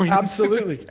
and absolutely.